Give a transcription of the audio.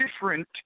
different